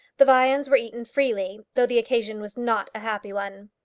the viands were eaten freely, though the occasion was not a happy one.